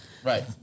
Right